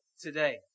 today